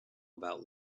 about